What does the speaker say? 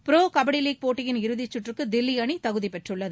bro kabaddi league போட்டியின் இறுதிச்சுற்றுக்கு தில்லி அணி தகுதி பெற்றுள்ளது